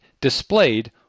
displayed